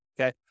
Okay